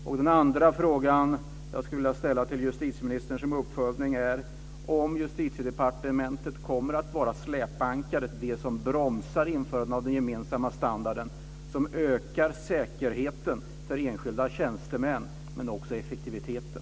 Kommer Justitiedepartementet att vara släpankaret, dvs. det som bromsar införandet av den gemensamma standard som ska öka säkerheten för enskilda tjänstemän men också effektiviteten?